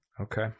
okay